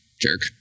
jerk